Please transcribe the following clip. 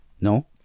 No